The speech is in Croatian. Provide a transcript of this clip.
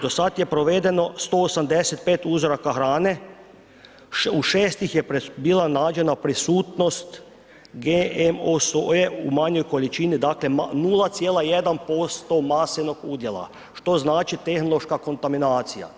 Do sad je provedeno 185 uzoraka hrane, u 6 ih je bila nađena prisutnost GMO soje u manjoj količini, dakle 0,1% masenog udjela, što znači tehnološka kontaminacija.